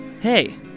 Hey